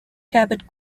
cabot